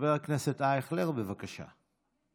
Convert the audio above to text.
חבר הכנסת אייכלר, בבקשה.